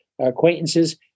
acquaintances